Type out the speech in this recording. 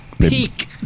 peak